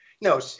No